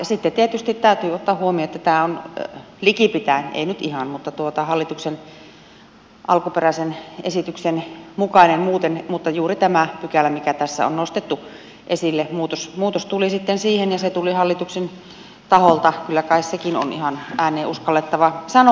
sitten tietysti täytyy ottaa huomioon että tämä on likipitäen ei nyt ihan hallituksen alkuperäisen esityksen mukainen muuten paitsi että juuri tähän pykälään mikä tässä on nostettu esille tuli sitten muutos ja se tuli hallituksen taholta kyllä kai sekin on ihan ääneen uskallettava sanoa